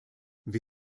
wir